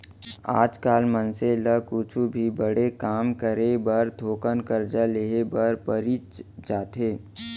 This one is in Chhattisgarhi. आज काल मनसे ल कुछु भी बड़े काम करे बर थोक करजा लेहे बर परीच जाथे